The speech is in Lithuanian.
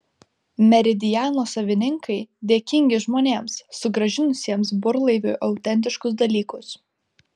meridiano savininkai dėkingi žmonėms sugrąžinusiems burlaiviui autentiškus dalykus